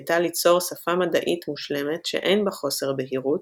הייתה ליצור שפה מדעית מושלמת שאין בה חוסר בהירות,